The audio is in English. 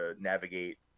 navigate